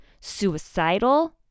suicidal